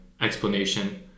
explanation